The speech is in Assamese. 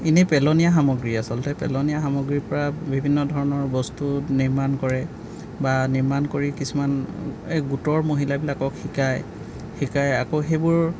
এনে পেলনীয়া সামগ্ৰী আচলতে পেলনীয়া সামগ্ৰীৰ পৰা বিভিন্ন ধৰণৰ বস্তু নিৰ্মাণ কৰে বা নিৰ্মাণ কৰি কিছুমান এহ গোটৰ মহিলাবিলাকক শিকাই শিকাই আকৌ সেইবোৰ